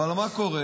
אבל מה קורה?